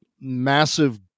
massive